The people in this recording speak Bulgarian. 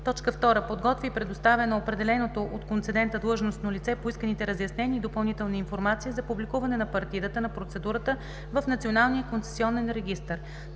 си; 2. подготвя и предоставя на определеното от концедента длъжностно лице поисканите разяснения и допълнителна информация за публикуване по партидата на процедурата в Националния концесионен регистър;